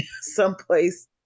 someplace